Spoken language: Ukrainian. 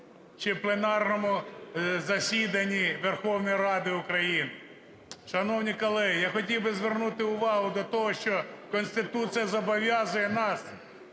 чи в пленарному засіданні Верховної Ради України? Шановні колеги, я хотів би звернути увагу до того, що Конституція зобов'язує нас